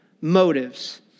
motives